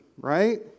right